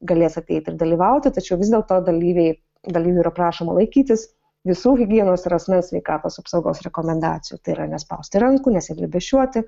galės ateiti ir dalyvauti tačiau vis dėlto dalyviai dalyvių ir prašoma laikytis visų higienos ir asmens sveikatos apsaugos rekomendacijų tai yra nespausti rankų nesiglėbesčiuoti